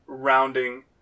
rounding